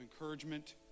encouragement